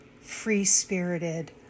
free-spirited